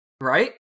right